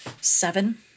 Seven